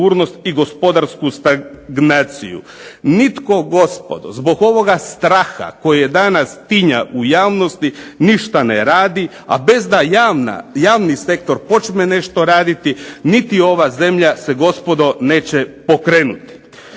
i gospodarsku stagnaciju. Nitko gospodo zbog ovoga straha koji danas tinja u javnosti ništa ne radi, a bez da javni sektor počne nešto raditi, niti ova zemlja se gospodo neće pokrenuti.